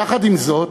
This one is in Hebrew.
יחד עם זאת,